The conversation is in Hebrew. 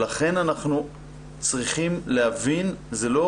אנחנו צריכים להבין שזו לא